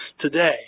today